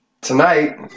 Tonight